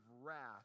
wrath